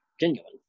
genuine